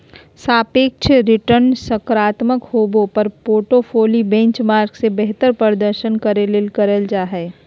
सापेक्ष रिटर्नसकारात्मक होबो पर पोर्टफोली बेंचमार्क से बेहतर प्रदर्शन करे ले करल जा हइ